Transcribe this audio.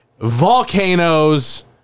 volcanoes